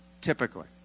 typically